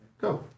go